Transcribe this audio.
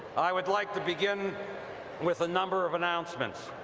i would like to begin with a number of announcements.